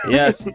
yes